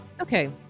Okay